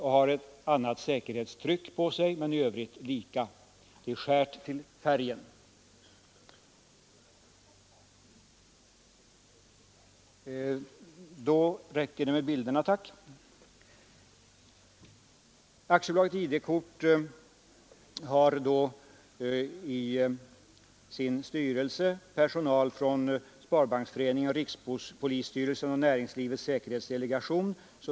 Det har ett annat säkerhetstryck men är i övrigt lika. Det är skärt till färgen. AB ID-kort har i sin styrelse personal från Sparbanksföreningen, rikspolisstyrelsen och näringslivets säkerhetsdelegation.